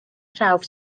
prawf